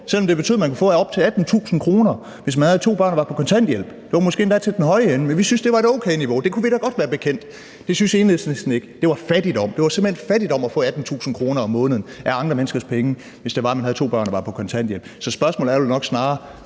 selv om det betød, at man kunne få op til 18.000 kr., hvis man havde to børn og var på kontanthjælp. Det var måske endda til den høje ende, men vi syntes, det var et okay niveau. Det kunne vi da godt være bekendt. Det syntes Enhedslisten ikke. Det var fattigdom. Det var simpelt hen fattigdom at få 18.000 kr. om måneden af andre menneskers penge, hvis det var, man havde to børn og var på kontanthjælp. Så spørgsmålet er vel nok snarere: